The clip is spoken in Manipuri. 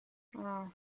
ꯑꯥ